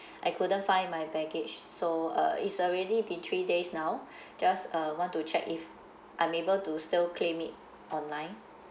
I couldn't find my baggage so uh it's already been three days now just uh want to check if I'm able to still claim it online